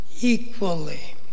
equally